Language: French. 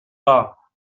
pas